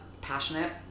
Passionate